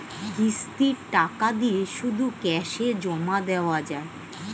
কিস্তির টাকা দিয়ে শুধু ক্যাসে জমা দেওয়া যায়?